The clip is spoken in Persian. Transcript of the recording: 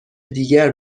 دیگر